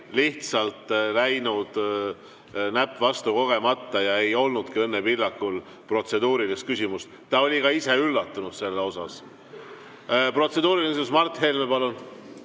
lihtsalt läinud näpp vastu kogemata ja ei olnudki protseduurilist küsimust. Ta oli ka ise üllatunud sellest. Protseduuriline küsimus, Mart Helme, palun!